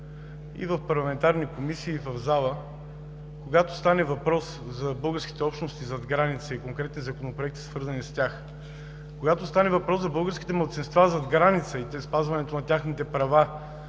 и в парламентарни комисии, и в залата, когато стане въпрос за българските общности зад граница и конкретни законопроекти, свързани с тях, когато стане въпрос за българските малцинства зад граница и при спазването на техните права